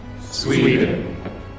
Sweden